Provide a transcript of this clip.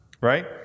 right